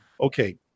Okay